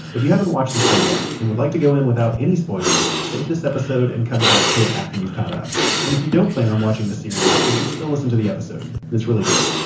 if you haven't watched the show yet and would like to go in without any spoilers, save this episode and come back to it after you're caught up. and if you don't plan on watching the series, you should still listen to the episode. it's really good.